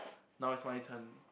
now is my turn